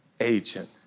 agent